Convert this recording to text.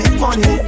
money